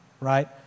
Right